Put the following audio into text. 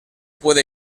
puede